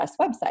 website